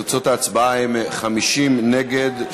תוצאות ההצבעה הן: 50 נגד,